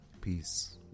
peace